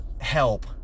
help